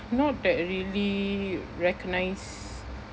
not that really recognised